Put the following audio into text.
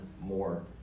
more